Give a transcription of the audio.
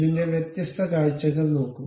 ഇതിന്റെ വ്യത്യസ്ത കാഴ്ചകൾ നോക്കൂ